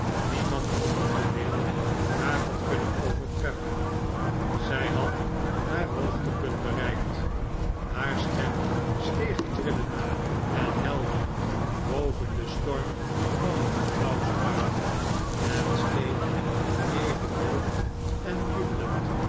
niemand op het tooneel haar had kunnen overtreffen zij had haar hoogtepunt bereikt haar stem steeg trillend en helder boven den storm van het applaus uit en steeg even hoog en jubelend